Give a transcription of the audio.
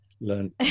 learn